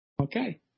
Okay